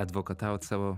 advokataut savo